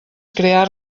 crear